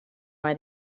why